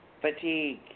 fatigue